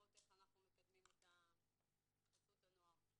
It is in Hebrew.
ולראות איך אנחנו מקדמים את חסות הנוער.